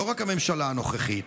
לא רק הממשלה הנוכחית,